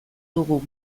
dugu